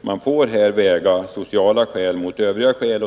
man här får väga sociala skäl mot övriga skäl.